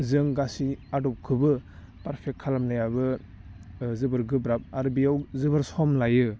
जों गासै आदबखौबो पारफेक्ट खालामनायाबो जोबोर गोब्राब आरो बेयाव जोबोर सम लायो